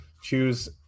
choose